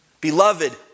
Beloved